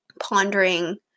pondering